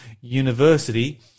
University